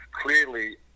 clearly